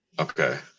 Okay